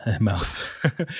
mouth